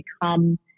become